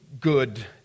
good